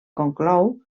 conclou